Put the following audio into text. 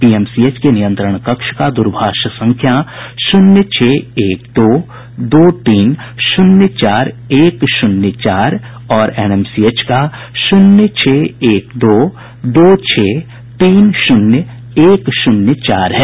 PMCH के नियंत्रण कक्ष का दूरभाष संख्या शून्य छह एक दो दो तीन शून्य चार एक शून्य चार और एनएमसीएच का शून्य छह एक दो दो छह तीन शून्य एक शून्य चार है